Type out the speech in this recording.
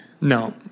No